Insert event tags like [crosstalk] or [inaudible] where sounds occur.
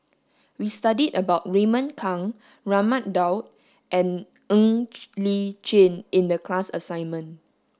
we studied about Raymond Kang Raman Daud and Ng [noise] Li Chin in the class assignment